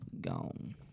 gone